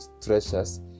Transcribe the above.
treasures